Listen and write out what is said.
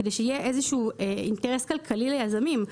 כדי שיהיה איזשהו אינטרס כלכלי ליזמים.